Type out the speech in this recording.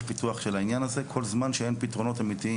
פיתוח של העניין הזה כל זמן שאין פתרונות אמיתיים,